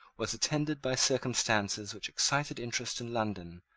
was attended by circumstances which excited interest in london,